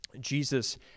Jesus